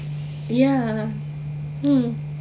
ya mm